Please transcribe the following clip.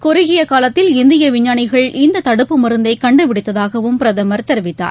குறுகிய காலத்தில் இந்திய விஞ்ஞானிகள் இந்த தடுப்பு மருந்தை கண்டுபிடித்ததாகவும் பிரதமர் தெரிவித்தார்